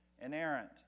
inerrant